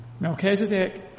Melchizedek